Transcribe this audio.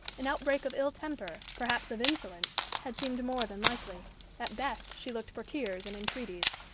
an outbreak of ill-temper, perhaps of insolence, had seemed more than likely at best she looked for tears and entreaties.